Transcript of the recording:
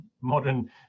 modern